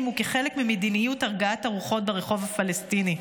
וכחלק ממדיניות הרגעת הרוחות ברחוב הפלסטיני.